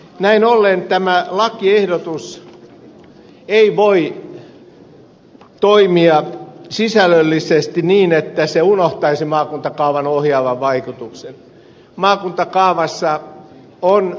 näin ollen tämä lakiehdotus ei voi toimia sisällöllisesti niin että se unohtaisi maakuntakaavan ohjaavan vaikutuksen